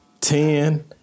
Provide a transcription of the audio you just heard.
ten